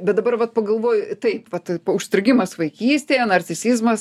bet dabar vat pagalvoju taip vat užstrigimas vaikystėje narcisizmas